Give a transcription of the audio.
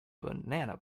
banana